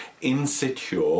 insecure